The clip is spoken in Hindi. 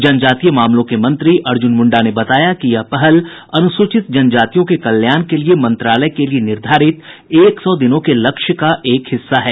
जनजातीय मामलों के मंत्री अर्जुन मुंडा ने बताया कि यह पहल अनुसूचित जनजातियों के कल्याण के लिए मंत्रालय के लिए निर्धारित एक सौ दिनों के लक्ष्य का एक हिस्सा है